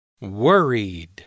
worried